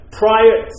prior